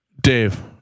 Dave